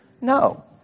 No